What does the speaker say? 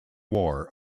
war